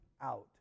out